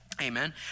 Amen